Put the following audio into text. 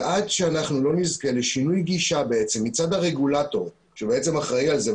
עד שאנחנו לא נזכה לשינוי גישה מצד הרגולטור שאחראי על זה,